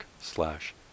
slash